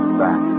back